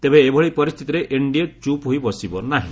ତେବେ ଏଭଳି ପରିସ୍ଥିତିରେ ଏନ୍ଡିଏ ଚୁପ୍ ହୋଇ ବସିବ ନାହିଁ